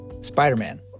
Spider-Man